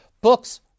books